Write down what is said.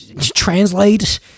translate